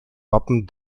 wappen